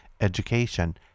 education